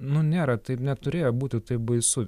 nu nėra taip neturėjo būti taip baisu